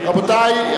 רבותי,